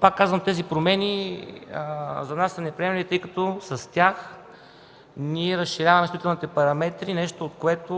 Пак казвам, тези промени за нас са неприемливи, тъй като с тях разширяваме строителните параметри – нещо, от което